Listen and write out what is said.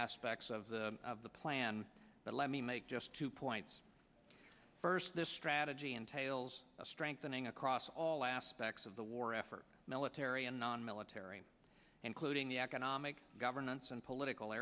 aspects of the of the plan but let me make just two points first this strategy entails a strengthening across all aspects of the war military and nonmilitary including the economic governance and political